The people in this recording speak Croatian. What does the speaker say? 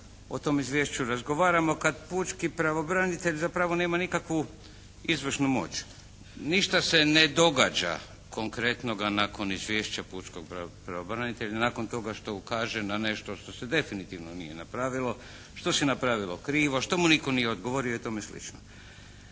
o tom izvješću razgovaramo kad pučki pravobranitelj zapravo nema nikakvu izvršnu moć, ništa se ne događa konkretnoga nakon izvješća pučkog pravobranitelja, nakon toga što ukaže na nešto što se definitivno nije napravilo, što se napravilo krivo, što mu nitko nije odgovorio i tome slično.